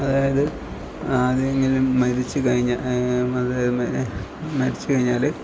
അതായത് ആരെങ്കിലും മരിച്ച് കഴിഞ്ഞാൽ മരിച്ച് കഴിഞ്ഞാൽ